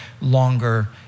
longer